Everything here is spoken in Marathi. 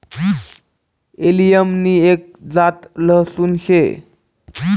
एलियम नि एक जात लहसून शे